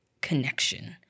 connection